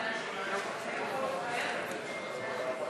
עאידה תומא